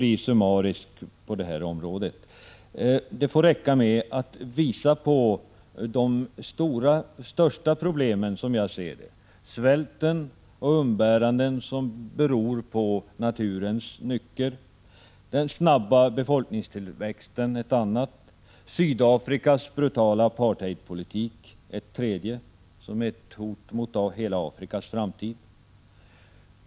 Jag nöjer mig med att visa på de största problemen. Svälten och umbäranden som beror på naturens nycker är ett. Den snabba befolkningstillväxten är ett annat. Sydafrikas brutala apartheidpolitik är ett hot mot hela Afrikas framtid.